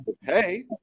hey